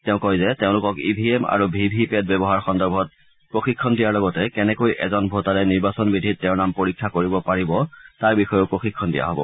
তেওঁ কয় যে তেওঁলোকক ই ভি এম আৰু ভি ভি পেট ব্যৱহাৰ সন্দৰ্ভত প্ৰশিক্ষণ দিয়াৰ লগতে কেনেকৈ এজন ভোটাৰে নিৰ্বাচনী বিধিত তেওঁৰ নাম পৰীক্ষা কৰিব পাৰিব তাৰ বিষয়েও প্ৰশিক্ষণ দিয়া হব